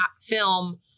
film